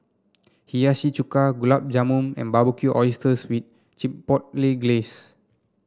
Hiyashi Chuka Gulab Jamun and Barbecued Oysters with Chipotle Glaze